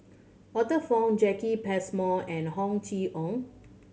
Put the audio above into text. Arthur Fong Jacki Passmore and Ho Chee ong